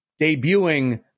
debuting